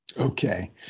Okay